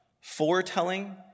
Foretelling